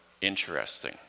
interesting